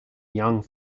young